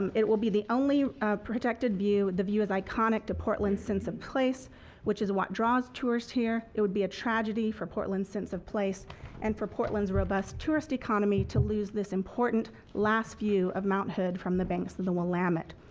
it will be the only protected view, the view is iconic to portland's sense of place which is what draws tourists here. it would be a tragedy for portland's sense of place and robust tourist economy to lose this important last view of mount hood from the banks of the willamette.